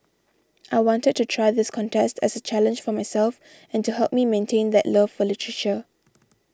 I wanted to try this contest as a challenge for myself and to help me maintain that love for literature